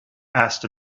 asked